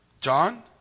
John